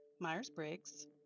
Myers-Briggs